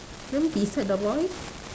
then beside the boy